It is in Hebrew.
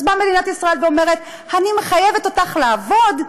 אז מדינת ישראל אומרת: אני מחייבת אותך לעבוד,